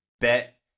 bet